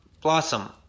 Blossom